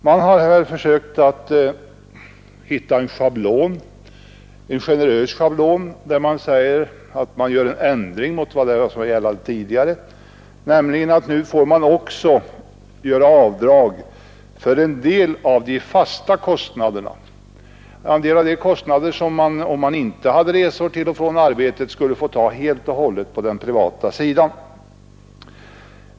Man har här försökt hitta en schablon, en generös schablon, som innebär en sådan ändring i jämförelse med vad som har gällt tidigare, att avdrag också får göras för en del av de fasta kostnaderna, alltså kostnader som en bilägare, om han inte hade resor till och från arbetet, skulle få ta helt och hållet på den privata sidan.